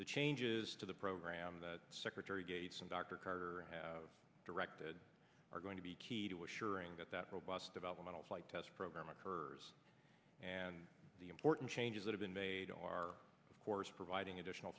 the changes to the program that secretary gates and dr carter have directed are going to be key to assuring that that robust developmental flight test program occurs and the important changes that have been made are of course providing additional